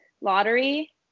lottery